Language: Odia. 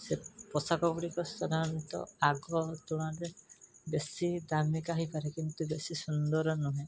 ସେ ପୋଷାକ ଗୁଡ଼ିକ ସାଧାରଣତଃ ଆଗ ତୁଳନାରେ ବେଶୀ ଦାମୀକା ହେଇପାରେ କିନ୍ତୁ ବେଶୀ ସୁନ୍ଦର ନୁହେଁ